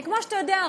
כי כמו שאתה יודע,